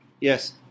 Yes